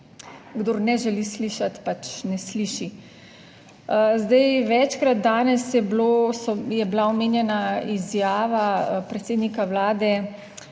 kdor ne želi slišati, pač ne sliši. Zdaj, večkrat danes je bilo je bila omenjena izjava predsednika Vlade